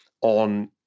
on